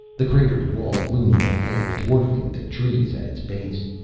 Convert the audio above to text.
the crater wall loomed ahead, dwarfing the trees at its base.